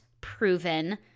proven